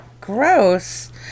gross